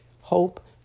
hope